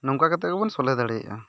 ᱱᱚᱝᱠᱟ ᱠᱟᱛᱮᱫ ᱜᱮᱵᱚᱱ ᱥᱚᱞᱦᱮ ᱫᱟᱲᱮᱭᱟᱜᱼᱟ